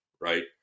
right